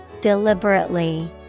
deliberately